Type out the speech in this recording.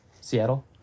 Seattle